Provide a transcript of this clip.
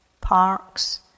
parks